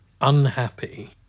unhappy